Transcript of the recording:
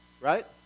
Right